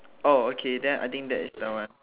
oh okay then I think that is the one